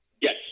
Yes